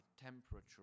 temperature